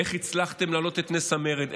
איך הצלחתם להעלות את נס המרד,